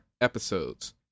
episodes